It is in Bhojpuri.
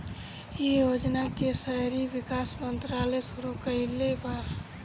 इ योजना के शहरी विकास मंत्रालय शुरू कईले बा